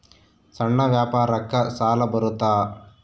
ಸಣ್ಣ ವ್ಯಾಪಾರಕ್ಕ ಸಾಲ ಬರುತ್ತಾ?